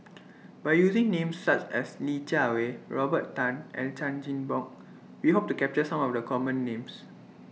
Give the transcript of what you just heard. By using Names such as Li Jiawei Robert Tan and Chan Chin Bock We Hope to capture Some of The Common Names